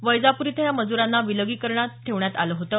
वैजापूर इथं या मजूरांना विलगीकरण कक्षात ठेवण्यात आलं होतं